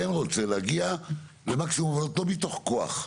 כן רוצה להגיע למקסימום, אבל לא מתוך כוח.